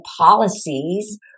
policies